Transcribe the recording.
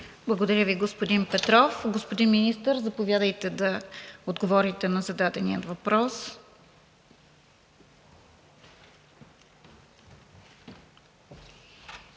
Благодаря Ви, господин Петров. Господин Министър, заповядайте да отговорите на зададения въпрос.